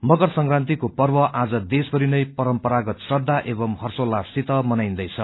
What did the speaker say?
मकर संक्रान्तिको पर्व आज देशभरिमै परम्परागत श्रदा एवम् हर्षोल्लाष सित मनाईन्दैछ